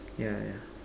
yeah yeah